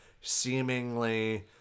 seemingly